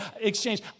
exchange